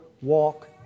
walk